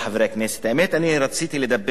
אני רציתי לדבר על מהלך